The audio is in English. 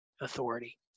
Authority